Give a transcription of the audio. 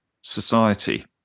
society